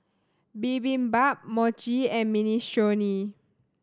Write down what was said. Bibimbap Mochi and Minestrone